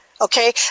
Okay